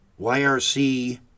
yrc